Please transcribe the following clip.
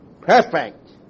perfect